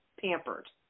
pampered